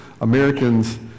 Americans